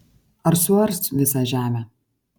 ar suars visą žemę